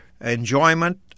enjoyment